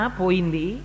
poindi